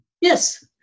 yes